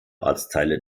ortsteile